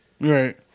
Right